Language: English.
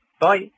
Bye